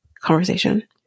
conversation